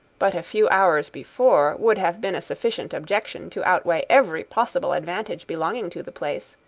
but a few hours before, would have been a sufficient objection to outweigh every possible advantage belonging to the place,